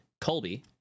colby